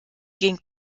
ging